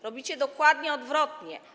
Robicie dokładnie odwrotnie.